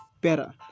better